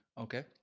Okay